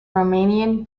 romanian